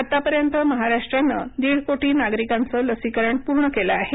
आता पर्यंत महाराष्ट्रानं दीड कोटी नागरिकांचं लसीकरण पूर्ण केलं आहे